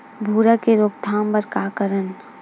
भूरा के रोकथाम बर का करन?